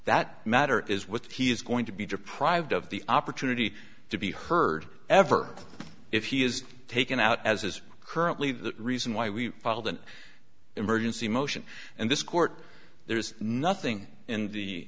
that matter is what he is going to be deprived of the opportunity to be heard ever if he is taken out as is currently the reason why we filed an emergency motion and this court there's nothing in the